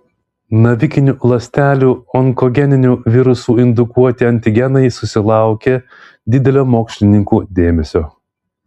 navikinių ląstelių onkogeninių virusų indukuoti antigenai susilaukė didelio mokslininkų dėmesio